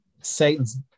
Satan's